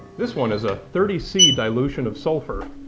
this one is a thirty c dilution of sulphur.